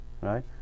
right